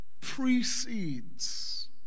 precedes